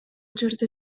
жерде